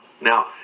Now